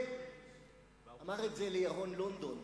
הוא אמר את זה לירון לונדון